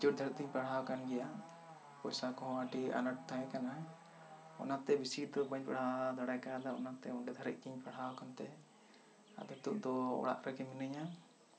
graduate ᱫᱷᱟᱹᱨᱤᱡ ᱫᱚᱧ ᱯᱟᱲᱦᱟᱣ ᱟᱠᱟᱱ ᱜᱮᱭᱟ ᱯᱚᱭᱥᱟ ᱠᱚᱦᱚᱸ ᱟᱹᱰᱤ ᱟᱱᱟᱴ ᱛᱟᱦᱮᱸ ᱠᱟᱱᱟ ᱚᱱᱟ ᱛᱮ ᱵᱤᱥᱤ ᱫᱚ ᱵᱟᱹᱧ ᱯᱟᱲᱦᱟᱣ ᱫᱟᱲᱮᱣ ᱠᱟᱣᱫᱟ ᱚᱱᱟ ᱛᱮ ᱚᱸᱰᱮ ᱫᱷᱟᱹᱨᱤᱡ ᱜᱤᱧ ᱯᱟᱲᱦᱟᱣ ᱟᱠᱟᱱ ᱛᱮ ᱟᱫᱚ ᱱᱤᱛᱚᱜ ᱫᱚ ᱚᱲᱟᱜ ᱨᱮᱜᱮ ᱢᱤᱱᱟᱹᱧᱟ